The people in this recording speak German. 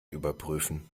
überprüfen